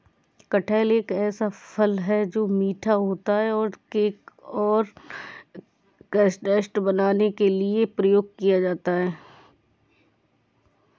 कटहल एक ऐसा फल है, जो मीठा होता है और केक और कस्टर्ड बनाने के लिए उपयोग किया जाता है